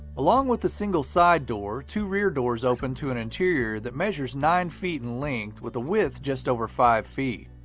along with a single side door, two rear doors open to an interior that measures nine feet in length with the width just over five feet.